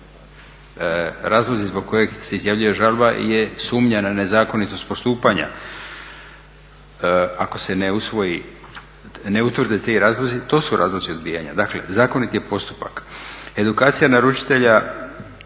razlozi zbog kojih se izjavljuje žalba je sumnja na nezakonitost postupanja. Ako se ne utvrde ti razlozi to su razlozi odbijanja. Dakle, zakonit je postupak. Edukacija naručitelja